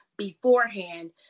beforehand